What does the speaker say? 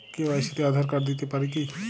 KYC তে Aadhaar card দিতে পারি কি?